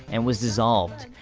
and was dissolved.